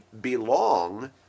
belong